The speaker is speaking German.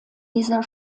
dieser